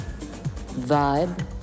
vibe